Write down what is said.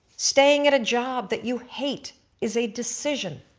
staying at a job that you hate is a decision.